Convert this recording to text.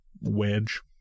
wedge